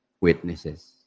witnesses